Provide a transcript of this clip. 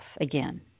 again